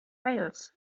fails